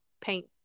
paint